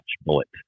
bullet